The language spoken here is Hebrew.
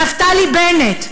נפתלי בנט,